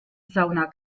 sauna